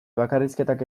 bakarrizketak